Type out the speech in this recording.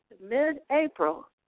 mid-April